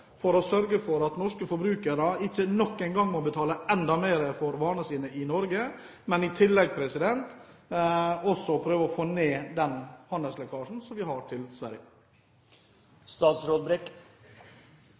for å sørge for at norske forbrukere ikke nok en gang må betale enda mer for varene sine i Norge? Og hva vil de gjøre for å prøve å få ned den handelslekkasjen vi har til Sverige?